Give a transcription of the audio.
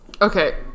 Okay